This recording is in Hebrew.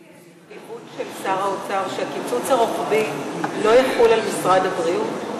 האם יש התחייבות של שר האוצר שהקיצוץ הרוחבי לא יחול על משרד הבריאות?